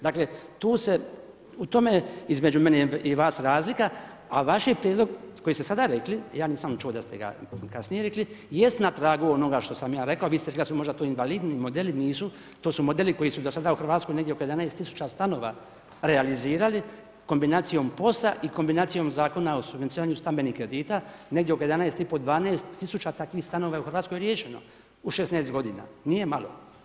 Dakle, u tome između mene i vas je razlika a vaš je prijedlog koji ste sada rekli, ja nisam čuo da ste ga kasnije rekli, jest na tragu onoga što sam ja rekao, vi ste rekli da su to možda invalidni model, nisu, to su modeli koji su do sada u Hrvatskoj negdje oko 11 000 stanova realizirali, kombinacijom POS-a i kombinacijom Zakona o subvencioniranju stambenih kredita negdje oko 11 500, 12 000 takvih stanova je u Hrvatskoj riješeno u 16 godina, nije malo.